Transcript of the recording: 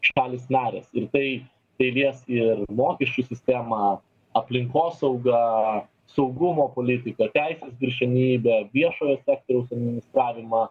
šalys narės ir tai tai lies ir mokesčių sistemą aplinkosaugą saugumo politiką teisės viršenybę viešojo sektoriaus administravimą